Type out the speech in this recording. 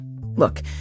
Look